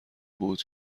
بود